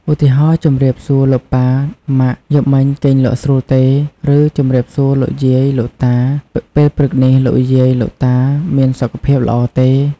ឧទាហរណ៍ ជម្រាបសួរលោកប៉ា ម៉ាក់! យប់មិញគេងលក់ស្រួលទេ? ឬ ជម្រាបសួរលោកយាយលោកតា! ពេលព្រឹកនេះលោកយាយលោកតាមានសុខភាពល្អទេ?។